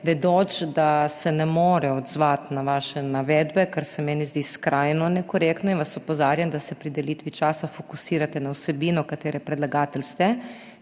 vedoč, da se ne more odzvati na vaše navedbe, kar se meni zdi skrajno nekorektno, in vas opozarjam, da se pri delitvi časa fokusirate na vsebino, katere predlagatelj ste.